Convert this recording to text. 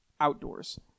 outdoors